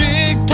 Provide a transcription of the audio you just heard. Big